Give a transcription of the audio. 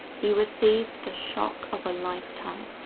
he received the shock of a lifetime.